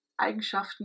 Eigenschaften